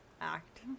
act